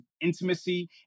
intimacy